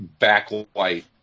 backlight